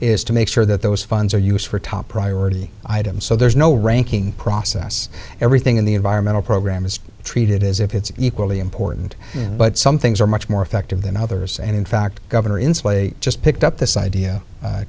is to make sure that those funds are used for top priority items so there's no ranking process everything in the environmental program is treated as if it's equally important but some things are much more effective than others and in fact governor in slate just picked up this idea